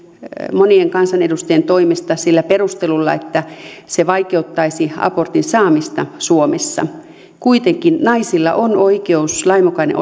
monien kansanedustajien toimesta sillä perustelulla että se vaikeuttaisi abortin saamista suomessa kuitenkin naisilla on lainmukainen